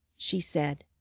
she said.